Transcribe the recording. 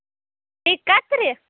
بیٚیہِ کَترِ